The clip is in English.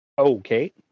Okay